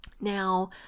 Now